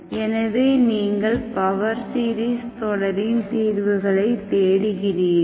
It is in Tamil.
எனவே நீங்கள் பவர் சீரிஸ் தொடரின் தீர்வுகளைத் தேடுகிறீர்கள்